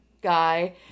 guy